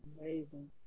amazing